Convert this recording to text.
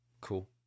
Cool